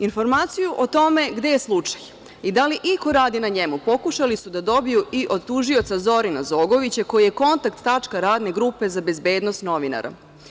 Informaciju o tome gde je slučaj i da li iko radi na njemu pokušali su da dobiju i od tužioca Zorina Zogovića, koji je kontakt tačka radne grupe za bezbednost novinara.